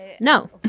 No